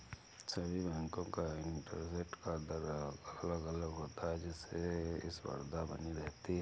सभी बेंको का इंटरेस्ट का दर अलग अलग होता है जिससे स्पर्धा बनी रहती है